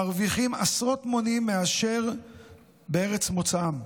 מרוויחים עשרות מונים מאשר בארץ מוצאם,